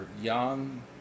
young